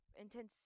intense